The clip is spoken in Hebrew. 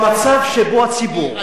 במצב שבו הציבור,